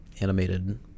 animated